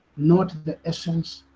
not the essence,